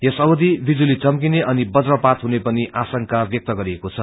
यस अवधि बिजुली चम्फिने अनि बज्रपात हुने पनि आंशका व्यक्त गरिएको छ